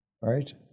right